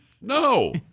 No